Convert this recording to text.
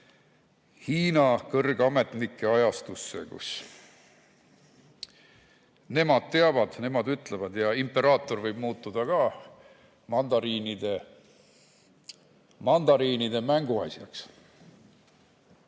Hiina kõrgametnike ajastusse, kus nemad teavad, nemad ütlevad ja imperaator võib muutuda ka mandariinide mänguasjaks. Nüüd,